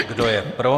Kdo je pro?